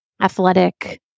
athletic